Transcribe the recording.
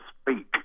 speak